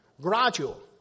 gradual